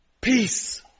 Peace